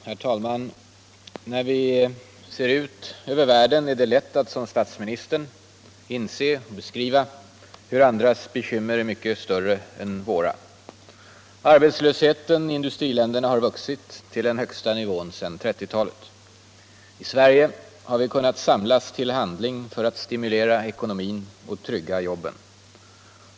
Herr talman! När vi ser ut över världen är det lätt att, som statsministern, beskriva hur andras bekymmer är mycket större än våra. Arbetslösheten i industriländerna har vuxit till den högsta nivån sedan 1930 talet. I Sverige har vi kunnat samlas till handling för att stimulera ekonomin och trygga jobben.